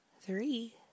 three